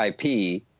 IP